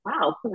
wow